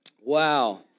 Wow